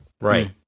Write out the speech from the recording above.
Right